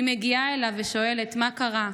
אני מגיעה אליו ושואלת: מה קרה?